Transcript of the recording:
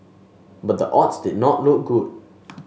but the odds did not look good